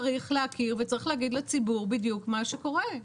צריך להכיר וצריך להגיד לציבור בדיוק מה שקורה.